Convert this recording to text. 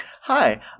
hi